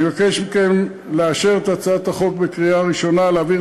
אני מבקש מכם לאשר את הצעת החוק בקריאה ראשונה ולהעביר